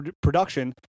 production